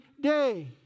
day